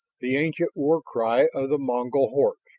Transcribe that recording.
the ancient war cry of the mongol hordes.